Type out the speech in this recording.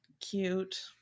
cute